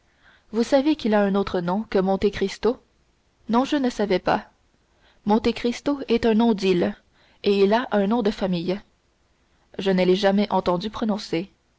vous savez qu'il a un autre nom que monte cristo non je ne savais pas monte cristo est un nom d'île et il a un nom de famille je ne l'ai jamais entendu prononcer